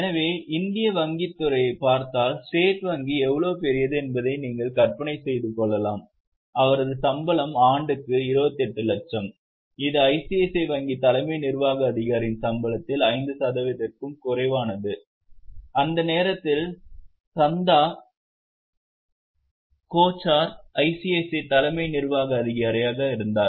எனவே இந்திய வங்கித் துறையைப் பார்த்தால் ஸ்டேட் வங்கி எவ்வளவு பெரியது என்பதை நீங்கள் கற்பனை செய்து கொள்ளலாம் அவரது சம்பளம் ஆண்டுக்கு 28 லட்சம் இது ஐசிஐசிஐ வங்கி தலைமை நிர்வாக அதிகாரியின் சம்பளத்தில் 5 சதவீதத்திற்கும் குறைவானது அந்த நேரத்தில் சாந்தா கோச்சார் ஐசிஐசிஐ தலைமை நிர்வாக அதிகாரியாக இருந்தார்